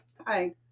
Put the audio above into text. Hi